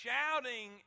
Shouting